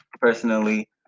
personally